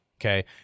Okay